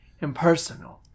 impersonal